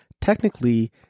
technically